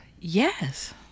Yes